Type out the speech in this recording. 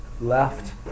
left